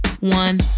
one